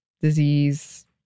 disease